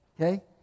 okay